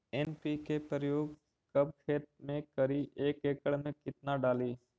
NPK प्रयोग कब खेत मे करि एक एकड़ मे कितना डाली?